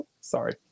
Sorry